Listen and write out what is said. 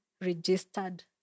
registered